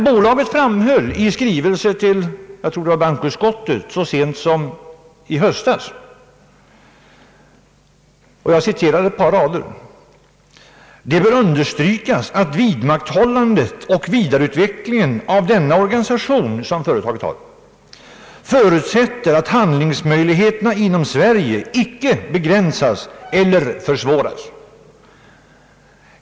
Bolaget framhöll i en skrivelse till bankoutskottet så sent som i höstas: »Det bör understrykas, att vidmakthållandet och vidareutvecklingen av denna organisation förutsätter att hand lingsmöjligheterna inom Sverige icke begränsas eller försvåras.